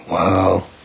Wow